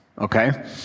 Okay